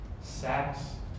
sex